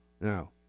Now